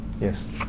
Yes